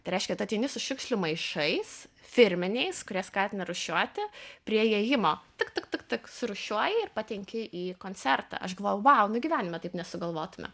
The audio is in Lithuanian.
tai reiškia kad ateini su šiukšlių maišais firminiais kurie skatina rūšiuoti prie įėjimo tik tik tik tik surūšiuoji ir patenki į koncertą aš galvojau vau nu gi gyvenime taip nesugalvotume